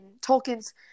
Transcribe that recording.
Tolkien's